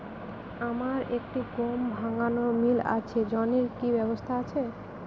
আমার একটি গম ভাঙানোর মিল আছে ঋণের কি ব্যবস্থা আছে?